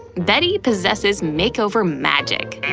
betty possesses makeover magic.